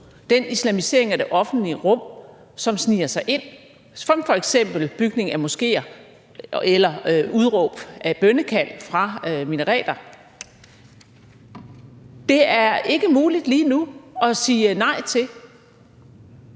den islamisering af det offentlige rum, som sniger sig ind – som f.eks. bygning af moskéer eller udråb af bønnekald fra minareter. Det er ikke muligt lige nu at sige nej til.